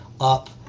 up